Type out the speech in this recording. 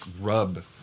rub